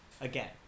again